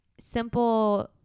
simple